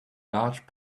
large